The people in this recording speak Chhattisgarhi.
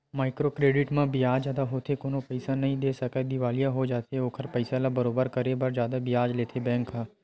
माइक्रो क्रेडिट म बियाज जादा होथे कोनो पइसा नइ दे सकय दिवालिया हो जाथे ओखर पइसा ल बरोबर करे बर जादा बियाज लेथे बेंक ह